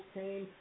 came